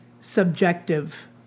subjective